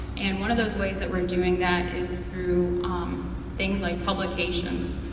and one of those ways that we're doing that is through um things like publications.